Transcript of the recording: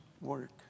work